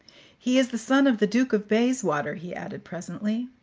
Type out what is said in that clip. he is the son of the duke of bayswater, he added presently.